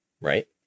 right